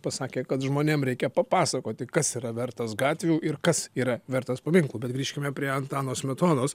pasakė kad žmonėm reikia papasakoti kas yra vertas gatvių ir kas yra vertas paminklų bet grįžkime prie antano smetonos